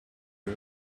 too